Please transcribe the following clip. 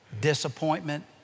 disappointment